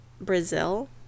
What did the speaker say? Brazil